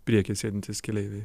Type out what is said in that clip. priekyje sėdintys keleiviai